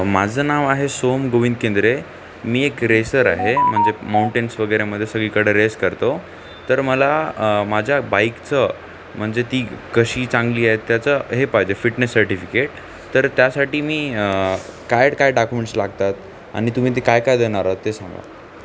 माझं नाव आहे सोहम गोविंद केंद्रे मी एक रेसर आहे म्हणजे माऊंटेन्स वगैरेमध्ये सगळीकडे रेस करतो तर मला माझ्या बाईकचं म्हणजे ती कशी चांगली आहे त्याचं हे पाहिजे फिटनेस सर्टिफिकेट तर त्यासाठी मी काय काय डाक्युमेंट्स लागतात आणि तुम्ही ते काय काय देणार आहेत ते सांगा